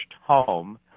home